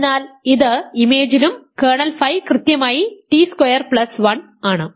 അതിനാൽ ഇത് ഇമേജിലും കേർണൽ ഫൈ കൃത്യമായി ടി സ്ക്വയർ പ്ലസ് 1 ആണ്